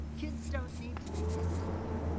kids don't need to be tested more.